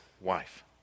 wife